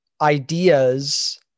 ideas